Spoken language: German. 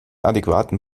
adäquaten